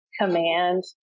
command